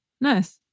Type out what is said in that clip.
Nice